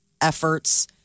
efforts